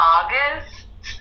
August